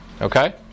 Okay